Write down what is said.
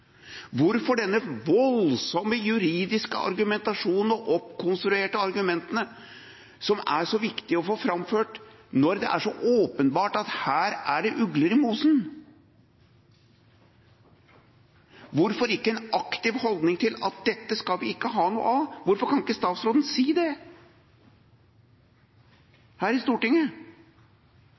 Hvorfor denne voldsomme juridiske argumentasjonen og de oppkonstruerte argumentene som det er så viktig å få framført, når det er så åpenbart at her er det ugler i mosen? Hvorfor ikke en aktiv holdning til at dette skal vi ikke ha noe av? Hvorfor kan ikke statsråden si det her i Stortinget?